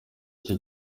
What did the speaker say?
cye